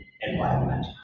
environment